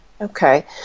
Okay